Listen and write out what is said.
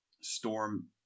storm